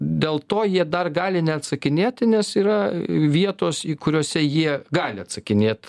dėl to jie dar gali neatsakinėti nes yra vietos į kuriose jie gali atsakinėt